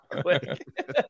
quick